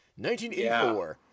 1984